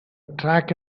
track